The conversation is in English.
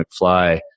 McFly